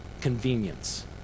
convenience